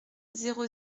zéro